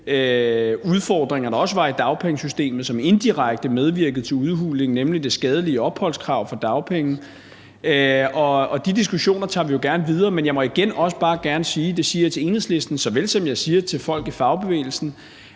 udfordringer, der også var i dagpengesystemet, og som indirekte medvirkede til udhuling, nemlig det skadelige opholdskrav i forhold til dagpenge, og de diskussioner tager vi jo gerne videre. Men jeg vil igen også bare gerne sige – og det siger jeg til Enhedslisten såvel som til folk i fagbevægelsen